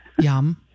Yum